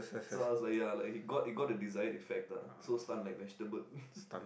so I was like ya like he got he got the desired effect ah so stun like vegetable